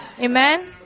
Amen